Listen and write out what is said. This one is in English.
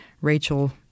Rachel